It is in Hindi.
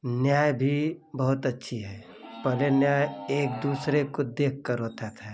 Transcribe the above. न्याय भी बहुत अच्छा है पहले न्याय एक दूसरे को देखकर होता था